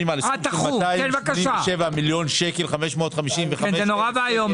על סכום של 287 מיליון שקל ו-555,000 שקל.